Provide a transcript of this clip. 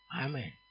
Amen